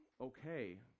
Okay